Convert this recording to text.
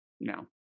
no